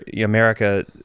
America